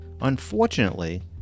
Unfortunately